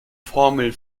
formeln